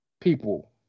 people